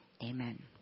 amen